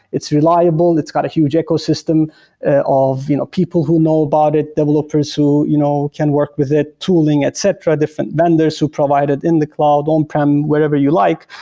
it's reliable, it's got a huge ecosystem of you know people who know about it, developers who you know can work with it, tooling, etc, different vendors who provide it in the cloud, on prem, wherever you like.